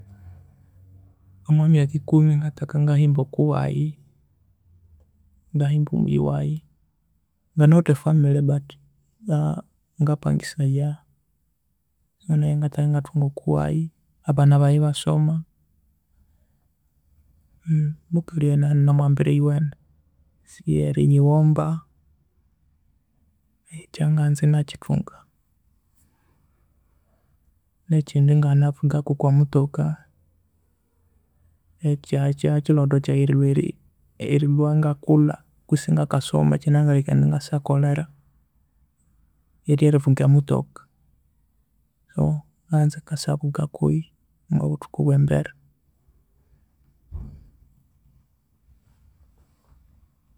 Omwa myaka ikumi ngathaka ngahimbe okwa waghe ngahimbe omughi waghe nganawithe e famile but ngambangisaya nghe ngathaka engathunga okwa waghe abana baghe ebasoma, mukalhi waghe enabya enane omwa mbera eyiwene esibyerighighomba e- ekyanganza enakithunga nekindi engavugako okwa mothoka ekyo kyabya kilhotho kyaghe erilhwa erilhwa engakulha kutse engakasoma ekinabya engalhengekania indi ngasakolha erye rivuga emothoka so nganza engasavuga omwa buthuku bwe mbere.